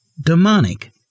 demonic